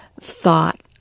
thought